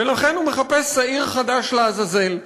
ולכן הוא מחפש שעיר חדש לעזאזל.